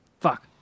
Fuck